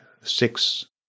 six